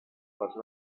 les